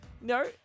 No